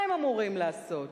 מה הם אמורים לעשות?